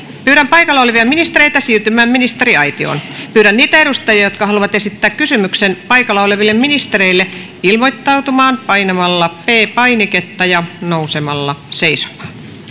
pyydän paikalla olevia ministereitä siirtymään ministeriaitioon pyydän niitä edustajia jotka haluavat esittää kysymyksen paikalla oleville ministereille ilmoittautumaan painamalla p painiketta ja nousemalla seisomaan